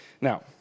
Now